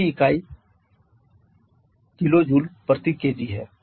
इसकी इकाई kJkg है